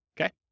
okay